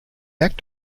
act